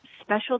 special